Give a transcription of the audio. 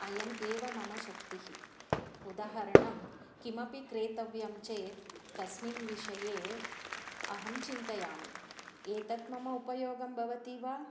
अयम् एव मम शक्तिः उदाहरणं किमपि क्रेतव्यं चेत् तस्मिन् विषये अहं चिन्तयामि एतत् मम उपयोगं भवति वा